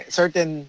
certain